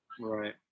Right